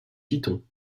pitons